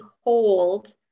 hold